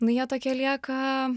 nu tokie lieka